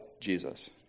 Jesus